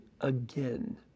again